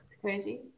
crazy